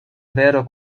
vero